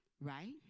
right